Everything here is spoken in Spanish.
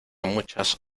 muchas